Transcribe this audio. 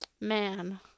man